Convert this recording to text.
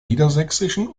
niedersächsischen